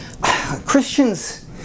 Christians